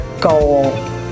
goal